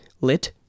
lit